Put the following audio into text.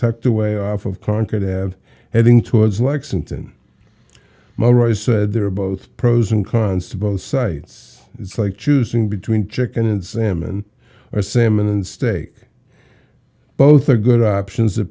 tucked away off of concord have heading towards lexington morris said they're both pros and cons to both sites it's like choosing between chicken and salmon or salmon and steak both are good options that